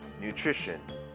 nutrition